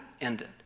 ended